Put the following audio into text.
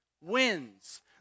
wins